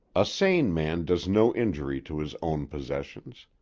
a sane man does no injury to his own possessions.